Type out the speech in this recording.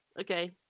Okay